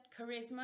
charisma